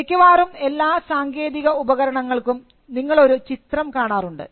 മിക്കവാറും എല്ലാ സാങ്കേതിക ഉപകരണങ്ങൾക്കും നിങ്ങളൊരു ചിത്രം കാണാറുണ്ട്